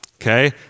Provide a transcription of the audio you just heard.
okay